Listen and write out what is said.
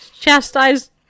chastised